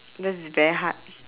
that's very hard